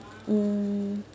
mm